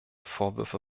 vorwürfe